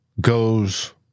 goes